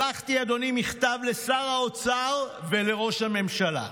שלחתי, אדוני, מכתב לשר האוצר ולראש הממשלה.